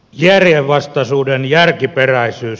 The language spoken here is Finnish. järjenvastaisuuden järkiperäisyys